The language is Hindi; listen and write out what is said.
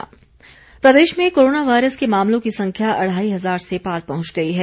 कोरोना अपडेट हिमाचल प्रदेश में कोरोना वायरस के मामलों की संख्या अढ़ाई हजार से पार पहंच गई है